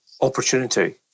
opportunity